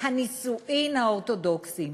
הנישואים האורתודוקסיים.